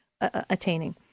attaining